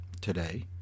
today